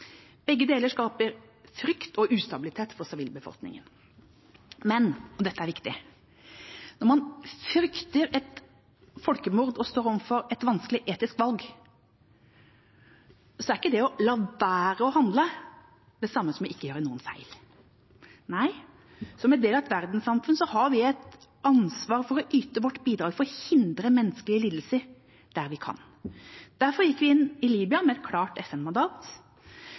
Begge deler skaper frykt og ustabilitet for sivilbefolkningen. Men – og dette er viktig – når man frykter et folkemord og står overfor et vanskelig etisk valg, er ikke det å la være å handle det samme som ikke å gjøre noen feil. Nei, som en del av et verdenssamfunn har vi et ansvar for å yte vårt bidrag for å hindre menneskelige lidelser der vi kan. Derfor gikk vi inn i Libya med et klart